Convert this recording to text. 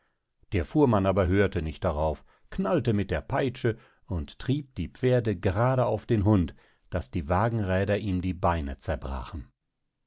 der fuhrmann aber hörte nicht darauf knallte mit der peitsche und trieb die pferde gerade auf den hund daß die wagenräder ihm die beine zerbrachen